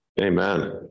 Amen